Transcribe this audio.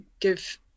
give